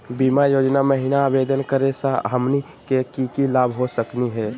बीमा योजना महिना आवेदन करै स हमनी के की की लाभ हो सकनी हे?